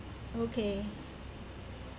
okay